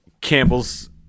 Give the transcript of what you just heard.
campbell's